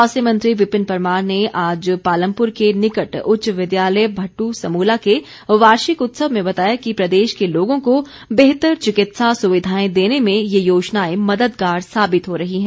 स्वास्थ्य मंत्री विपिन परमार ने आज पालमपुर के निकट उच्च विद्यालय भट्टू समूला के वार्षिक उत्सव में बताया कि प्रदेश के लोगों को बेहतर चिकित्सा सुविधाएं देने में ये योजनाएं मददगार साबित हो रही हैं